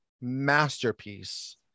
masterpiece